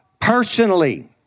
personally